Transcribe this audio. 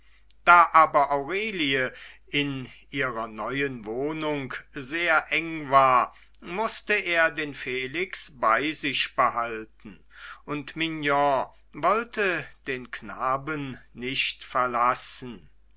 da aber aurelie in ihrer neuen wohnung sehr eng war mußte er den felix bei sich behalten und mignon wollte den knaben nicht verlassen